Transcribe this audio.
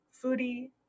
foodie